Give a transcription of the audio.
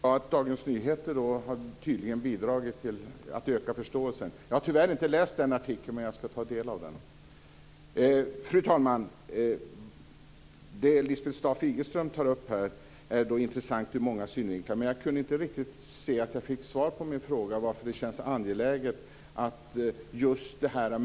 Fru talman! Det var ju bra att Dagens Nyheter har bidragit till att öka förståelsen. Jag har tyvärr inte läst den artikeln, men jag ska ta del av den. Fru talman! Det som Lisbeth Staaf-Igelström tar upp här är intressant hur många synvinklar. Men jag kunde inte riktigt höra att jag fick svar på min fråga om varför just det här med bredband känns angeläget.